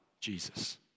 Jesus